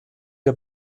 der